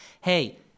hey